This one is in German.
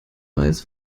weiß